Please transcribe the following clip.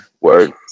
word